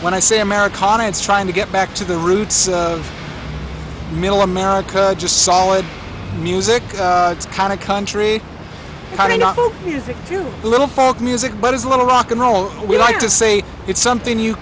when i say americana it's trying to get back to the roots of middle america just solid music it's kind of country music you little folk music but it's a little rock n roll we like to say it's something you